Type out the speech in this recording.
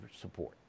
support